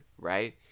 right